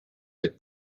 mit